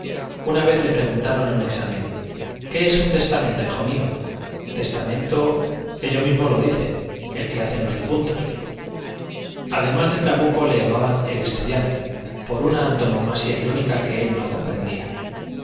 una vez le preguntaron en un examen qué es un testamento hijo mío testamento ello mismo lo dice es el que hacen los difuntos además de trabuco le llamaban el estudiante por una antonomasia irónica que él no comprendía